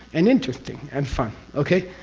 and interesting, and fun. okay?